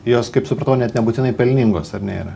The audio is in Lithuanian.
jos kaip supratau net nebūtinai pelningos ar ne yra